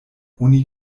oni